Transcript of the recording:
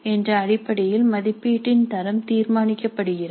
என்ற அடிப்படையில் மதிப்பீட்டின் தரம் தீர்மானிக்கப்படுகிறது